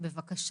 בבקשה,